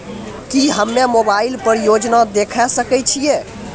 की हम्मे मोबाइल पर योजना देखय सकय छियै?